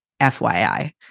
FYI